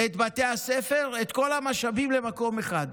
את בתי הספר, את כל המשאבים למקום אחד.